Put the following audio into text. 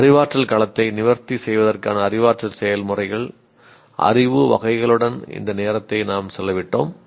அறிவாற்றல் களத்தை நிவர்த்தி செய்வதற்கான அறிவாற்றல் செயல்முறைகள் அறிவு வகைகளுடன் இந்த நேரத்தை நாம் செலவிட்டோம்